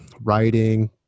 writing